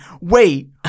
Wait